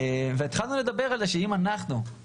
והתחלנו לדבר על זה שאם נצליח,